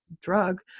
drug